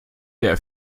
der